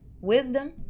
wisdom